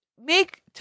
make